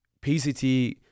PCT